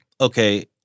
Okay